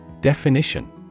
Definition